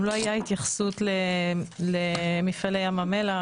גם לא הייתה התייחסות למפעלי ים המלח,